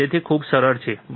તેથી તે ખૂબ જ સરળ છે બરાબર